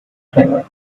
driver